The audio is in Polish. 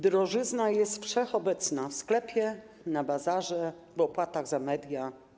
Drożyzna jest wszechobecna: w sklepie, na bazarze, w opłatach za media.